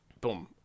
boom